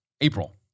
April